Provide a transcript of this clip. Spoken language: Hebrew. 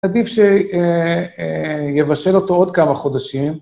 עדיף שיבשל אותו עוד כמה חודשים.